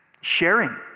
sharing